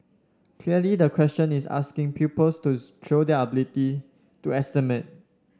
clearly the question is asking pupils to show their ability to estimate